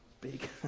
big